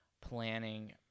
planning